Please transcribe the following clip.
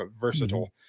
versatile